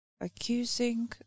accusing